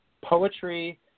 poetry